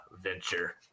venture